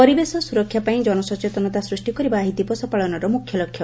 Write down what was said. ପରିବେଶ ସ୍ୱରକ୍ଷା ପାଇଁ ଜନସଚେତନତା ସୂଷ୍କି କରବା ଏହି ଦିବସ ପାଳନର ମୁଖ୍ୟ ଲକ୍ଷ୍ୟ